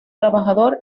trabajador